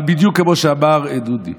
אבל בדיוק כמו שאמר דודי,